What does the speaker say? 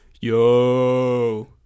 Yo